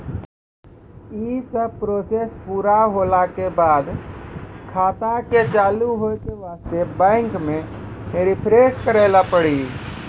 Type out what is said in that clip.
यी सब प्रोसेस पुरा होला के बाद खाता के चालू हो के वास्ते बैंक मे रिफ्रेश करैला पड़ी?